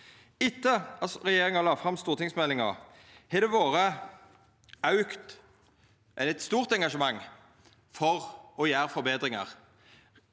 Etter at regjeringa la fram stortingsmeldinga, har det vore eit stort engasjement for å gjera forbetringar.